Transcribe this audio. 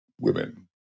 women